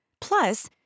Plus